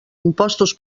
impostos